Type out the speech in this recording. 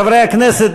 חברי הכנסת,